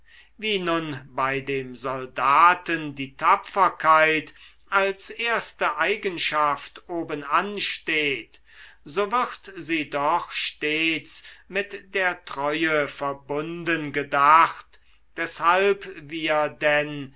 wie nun bei dem soldaten die tapferkeit als erste eigenschaft obenan steht so wird sie doch stets mit der treue verbunden gedacht deshalb wir denn